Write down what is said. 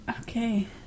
Okay